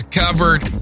covered